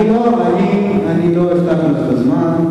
אני לא אחשיב לך את הזמן.